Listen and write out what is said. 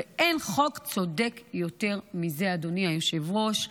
אין חוק צודק יותר מזה, אדוני היושב-ראש.